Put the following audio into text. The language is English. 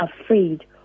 afraid